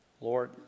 Lord